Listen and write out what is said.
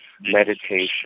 meditation